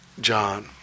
John